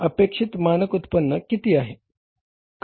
अपेक्षितमानक उत्पन्न किती आहे